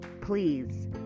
please